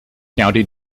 county